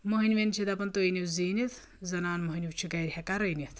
مٔہنون چھِ دپان تُہۍ أنیو زیٖنتھ زنان مٔہنِیوٗ چھِ گرِ ہیکان رٔنِتھ